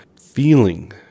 feeling